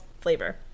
flavor